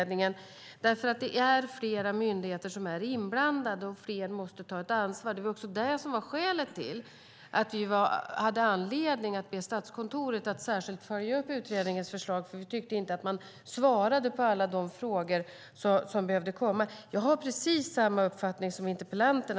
Det är flera myndigheter som är inblandade, och fler måste ta ett ansvar. Det var skälet till att vi hade anledning att be Statskontoret att särskilt följa upp utredningens förslag, för vi tyckte inte att man svarade på alla de frågor som behövde belysas. Jag har precis samma uppfattning som interpellanten.